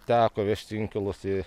teko vežti inkilus į